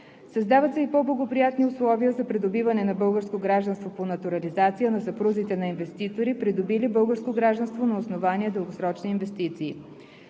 Създават се и по-благоприятни условия за придобиване на българско гражданство по натурализация на съпрузите на инвеститори, придобили българско гражданство на основание дългосрочни инвестиции.